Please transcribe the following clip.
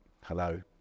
hello